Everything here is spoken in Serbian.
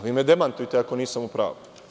Vi me demantujte ako nisam u pravu.